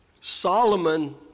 Solomon